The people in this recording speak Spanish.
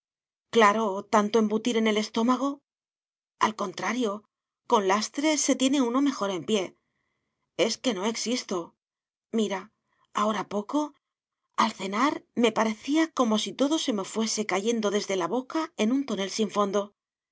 con tanto embutir en el estómago al contrario con lastre se tiene uno mejor en pie es que no existo mira ahora poco al cenar me parecía como si todo eso me fuese cayendo desde la boca en un tonel sin fondo